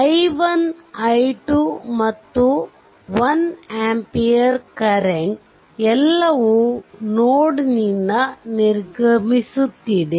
i1 i 2 ಮತ್ತು 1 ampere current ಎಲ್ಲವೂ node ನಿಂದ ನಿರ್ಗಮಿಸುತ್ತದೆ